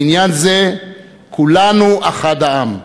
בעניין זה כולנו אחד העם.